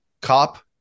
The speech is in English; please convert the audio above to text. COP